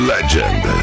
Legend